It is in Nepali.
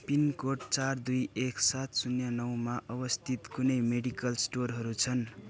पिन कोड चार दुई एक सात शून्य नौमा अवस्थित कुनै मेडिकल स्टोरहरू छन्